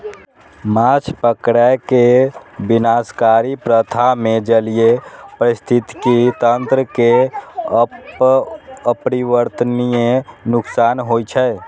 माछ पकड़ै के विनाशकारी प्रथा मे जलीय पारिस्थितिकी तंत्र कें अपरिवर्तनीय नुकसान होइ छै